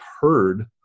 heard